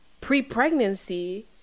pre-pregnancy